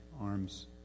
arms